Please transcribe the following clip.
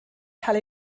cael